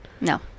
No